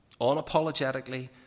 Unapologetically